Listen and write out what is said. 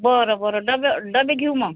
बरं बरं डबे डबे घेऊन मंग